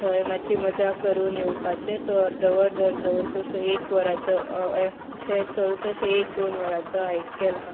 थंय मातशी मजा करून येवपाचे सो अर्दवर अर्दवर कसो एक वराचो अहे अशें चलत अशें एक दोन वरांचो हायक केलो